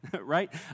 right